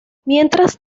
mientras